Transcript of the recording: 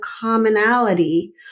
commonality